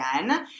again